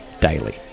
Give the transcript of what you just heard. daily